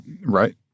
Right